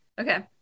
okay